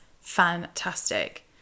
fantastic